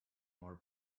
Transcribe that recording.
more